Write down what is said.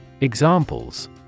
Examples